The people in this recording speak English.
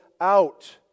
out